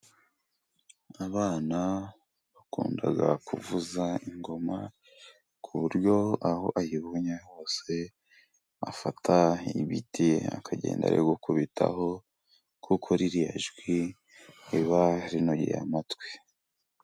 Abana bakunda kuvuza ingoma， ku buryo aho ayibonye hose，afata ibiti akagenda ari gukubitaho， kuko ririya jwi riba rinogeye amatwi.